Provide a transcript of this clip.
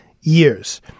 years